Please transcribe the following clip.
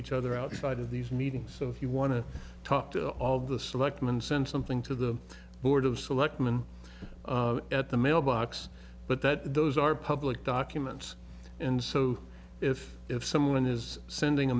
each other outside of these meetings so if you want to talk to all of the selectmen send something to the board of selectmen at the mailbox but that those are public documents and so if if someone is sending a